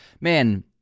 man